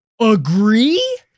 agree